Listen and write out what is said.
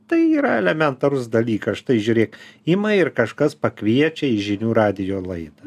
tai yra elementarus dalykas štai žiūrėk ima ir kažkas pakviečia į žinių radijo laidą